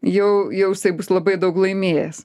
jau jau jisai bus labai daug laimėjęs